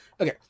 okay